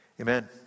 amen